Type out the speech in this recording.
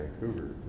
Vancouver